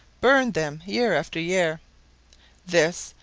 burned them year after year this,